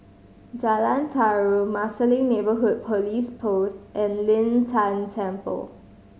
Jalan Tarum Marsiling Neighbourhood Police Post and Lin Tan Temple